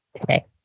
today